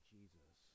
Jesus